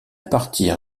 partir